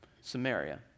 Samaria